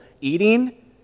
eating